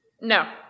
No